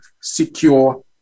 secure